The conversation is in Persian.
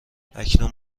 اکنون